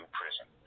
prison